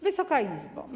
Wysoka Izbo!